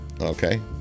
Okay